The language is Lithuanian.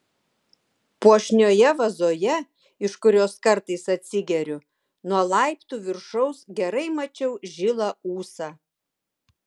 puošnioje vazoje iš kurios kartais atsigeriu nuo laiptų viršaus gerai mačiau žilą ūsą